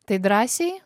tai drąsiai